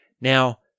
Now